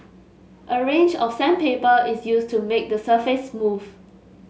a range of sandpaper is used to make the surface smooth